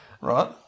Right